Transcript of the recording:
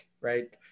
right